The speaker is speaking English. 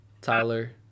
Tyler